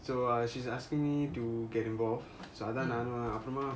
so uh she's asking me to get involved அதன் நானும் அபிராம:athan naanum aprama